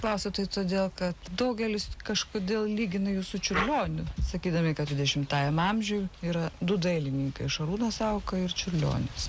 todėl kad daugelis kažkodėl lygina jus su čiurlioniu sakydami kad dvidešimtajam amžiui yra du dailininkai šarūnas sauka ir čiurlionis